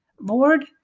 Lord